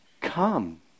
come